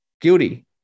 Guilty